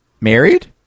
Married